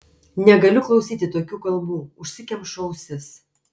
negaliu klausyti tokių kalbų užsikemšu ausis